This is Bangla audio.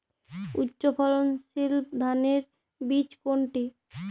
উচ্চ ফলনশীল ধানের বীজ কোনটি?